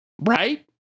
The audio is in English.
Right